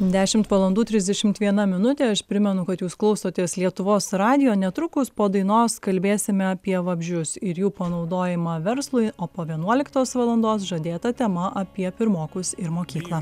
dešimt valandų trisdešimt viena minutė aš primenu kad jūs klausotės lietuvos radijo netrukus po dainos kalbėsime apie vabzdžius ir jų panaudojimą verslui o po vienuoliktos valandos žadėta tema apie pirmokus ir mokyklą